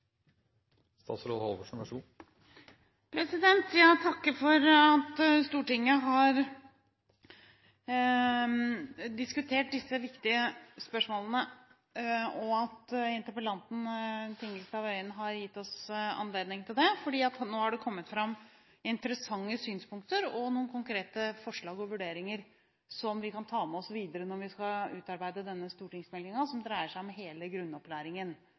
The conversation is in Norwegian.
Jeg takker for at Stortinget har diskutert disse viktige spørsmålene, at interpellanten, Tingelstad Wøien, har gitt oss anledning til det, for nå har det kommet fram interessante synspunkter og noen konkrete forslag og vurderinger som vi kan ta med oss videre når vi skal utarbeide den stortingingsmeldingen som dreier seg om hele grunnopplæringen,